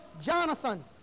Jonathan